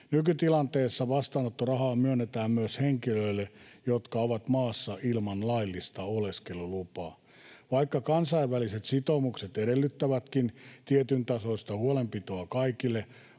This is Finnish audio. Nykytilanteessa vastaanottorahaa myönnetään myös henkilöille, jotka ovat maassa ilman laillista oleskelulupaa. Vaikka kansainväliset sitoumukset edellyttävätkin tietyntasoista huolenpitoa kaikille,